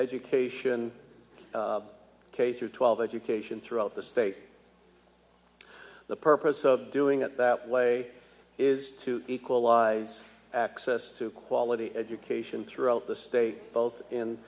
education k through twelve education throughout the state the purpose of doing it that way is to equalize access to quality education throughout the state both in